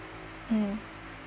mm